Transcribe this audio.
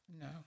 no